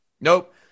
Nope